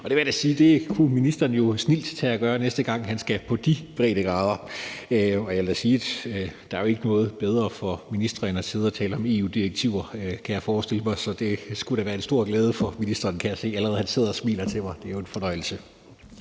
Så jeg vil da sige, at det kunne ministeren snildt tage at gøre, næste gang han skal på de breddegrader. Der er ikke noget bedre for ministre end at sidde og tale om EU-direktiver, kan jeg forestille mig, så det ville da være en stor glæde for ministeren – jeg kan se, at han allerede sidder og smiler til mig; det er jo en fornøjelse.